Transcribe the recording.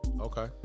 Okay